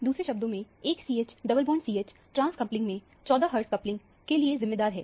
दूसरे शब्दों में एक CH double bond CH trans coupling में 14 हर्टज कपलिंग के लिए जिम्मेदार है